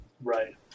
right